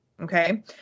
Okay